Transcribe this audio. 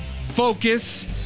focus